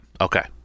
Okay